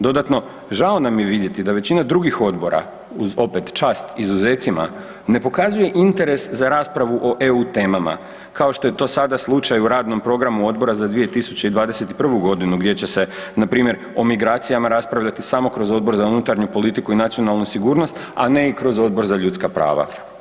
Dodatno, žao nam je vidjeti da većina drugih odbora uz opet čas izuzecima, ne pokazuje interes za raspravu o EU temama kao što je to sada slučaj u radnom programu odbora za 2021. g. gdje će se npr. o migracijama raspravljati samo kroz Odbor za unutarnju politiku i nacionalnu sigurnost a ne i kroz Odbor za ljudska prava.